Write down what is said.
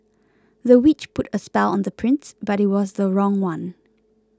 the witch put a spell on the prince but it was the wrong one